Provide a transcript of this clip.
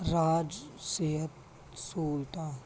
ਰਾਜ ਸਿਹਤ ਸਹੂਲਤਾਂ